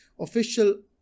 official